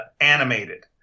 animated